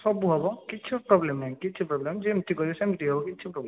ହଁ ସବୁ ହେବ କିଛି ପ୍ରୋବ୍ଲେମ୍ ନାହିଁ କିଛି ପ୍ରୋବ୍ଲେମ୍ ଯେମିତି କହିବେ ସେମିତି ହେବ କିଛି ପ୍ରୋବ୍ଲେମ୍ ନାହିଁ